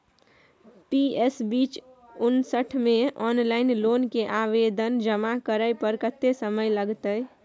PS बीच उनसठ म ऑनलाइन लोन के आवेदन जमा करै पर कत्ते समय लगतै?